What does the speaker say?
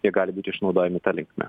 jie gali būti išnaudojami ta linkme